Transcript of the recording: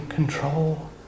Control